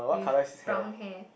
with brown hair